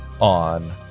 on